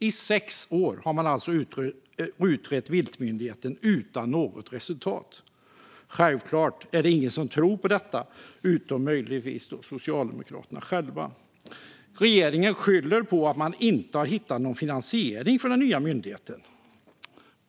I sex år har man alltså utrett viltmyndigheten - utan något resultat. Självklart är det ingen som tror på detta, utom möjligtvis Socialdemokraterna själva. Regeringen skyller på att man inte har hittat någon finansiering för den nya myndigheten.